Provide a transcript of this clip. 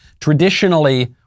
Traditionally